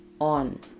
on